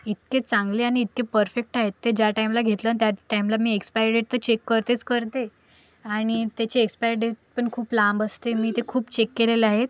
इतके चांगले आणि इतके परफेक्ट आहे ते ज्या टायमला घेतलं अन त्या टायमला मी एक्सपायरी डेट तर चेक करतेच करते आणि त्याची एक्सपायरी डेट पण खूप लांब असते मी ते खूप चेक केलेलं आहे